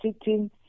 sitting